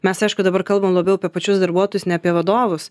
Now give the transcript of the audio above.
mes aišku dabar kalbam labiau apie pačius darbuotojus ne apie vadovus